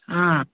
ହଁ